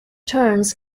turns